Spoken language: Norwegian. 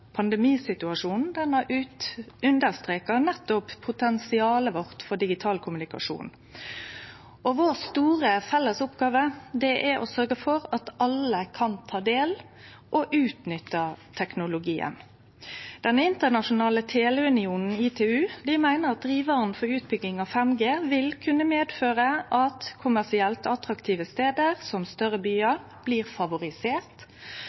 Pandemisituasjonen har understreka nettopp potensialet vårt for digital kommunikasjon. Vår store felles oppgåve er å sørgje for at alle kan ta del i og utnytte teknologien. Den internasjonale teleunionen, ITU, meiner at drivaren for utbygging av 5G vil kunne medføre at kommersielt attraktive stader, som større